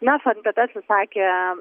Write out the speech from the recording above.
na fntt atsisakė